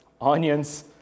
onions